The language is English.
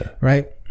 right